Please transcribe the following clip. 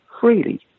freely